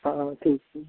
हँ ठीक